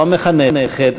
או המחנכת,